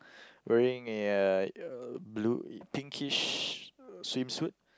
wearing a uh blue pinkish swim suit